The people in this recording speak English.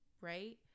right